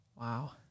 Wow